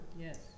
Yes